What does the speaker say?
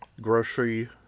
grocery